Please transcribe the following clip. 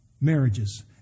marriages